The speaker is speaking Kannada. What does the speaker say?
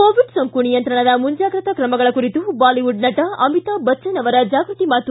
ಕೋವಿಡ್ ಸೋಂಕು ನಿಯಂತ್ರಣದ ಮುಂಜಾಗ್ರತಾ ಕ್ರಮಗಳ ಕುರಿತು ಬಾಲಿವುಡ್ ನಟ ಅಮಿತಾಬ್ ಬಜ್ಜನ್ ಅವರ ಜಾಗ್ಗತಿ ಮಾತು